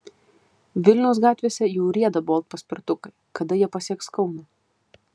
vilniaus gatvėse jau rieda bolt paspirtukai kada jie pasieks kauną